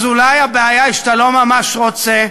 אז אולי הבעיה היא שאתה לא ממש רוצה,